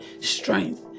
strength